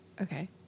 Okay